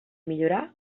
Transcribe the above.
millorar